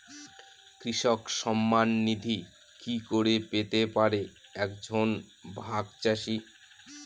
কৃষক সন্মান নিধি কি করে পেতে পারে এক জন ভাগ চাষি?